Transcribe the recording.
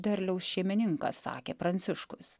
derliaus šeimininkas sakė pranciškus